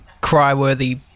cry-worthy